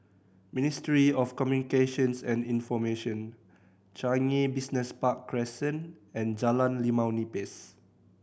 Ministry of Communications and Information Changi Business Park Crescent and Jalan Limau Nipis